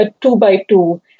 two-by-two